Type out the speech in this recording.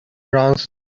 runs